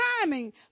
timing